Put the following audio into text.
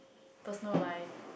personal life